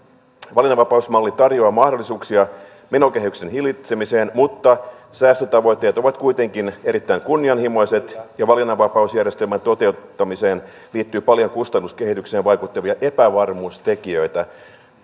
valinnanvapausmalli tarjoaa mahdollisuuksia menokehyksen hillitsemiseen mutta säästötavoitteet ovat kuitenkin erittäin kunnianhimoiset valinnanvapausjärjestelmän toteuttamiseen liittyy paljon kustannuskehitykseen vaikuttavia epävarmuustekijöitä